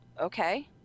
okay